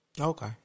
Okay